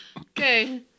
Okay